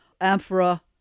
amphora